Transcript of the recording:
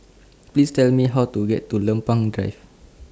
Please Tell Me How to get to Lempeng Drive